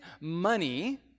money